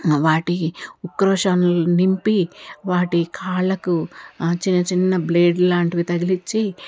వాటి ఉక్రోషంలు నింపి వాటి కాళ్ళకు చిన్న చిన్న బ్లేడ్లు లాంటివి తగిలించి